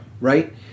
Right